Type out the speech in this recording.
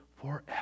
forever